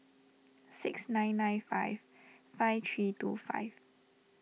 six nine nine five five three two five